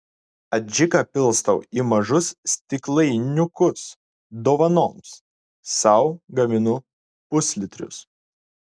adžiką pilstau į mažus stiklainiukus dovanoms sau gaminu puslitrius